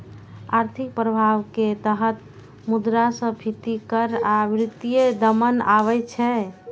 आर्थिक प्रभाव के तहत मुद्रास्फीति कर आ वित्तीय दमन आबै छै